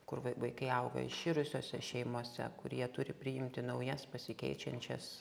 kur vai vaikai auga iširusiose šeimose kur jie turi priimti naujas pasikeičiančias